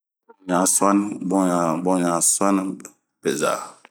Buɲa suani, bunɲa bunɲa suani, besa